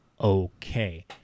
okay